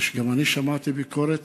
מפני שגם אני שמעתי ביקורת,